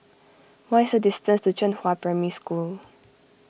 what is the distance to Zhenghua Primary School